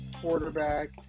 quarterback